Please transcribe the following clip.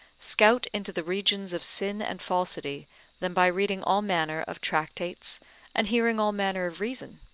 scout into the regions of sin and falsity than by reading all manner of tractates and hearing all manner of reason?